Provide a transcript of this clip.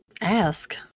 ask